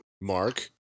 Mark